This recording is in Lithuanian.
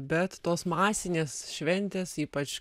bet tos masinės šventės ypač